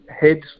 Head